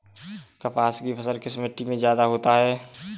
कपास की फसल किस मिट्टी में ज्यादा होता है?